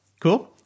Cool